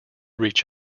reach